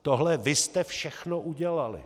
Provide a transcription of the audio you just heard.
Tohle vy jste všechno udělali.